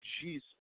Jesus